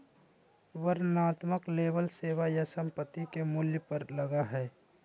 वर्णनात्मक लेबल सेवा या संपत्ति के मूल्य पर लगा हइ